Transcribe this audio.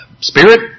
spirit